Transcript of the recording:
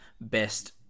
best